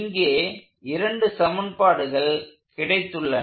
இங்கே இரண்டு சமன்பாடுகள் கிடைத்துள்ளன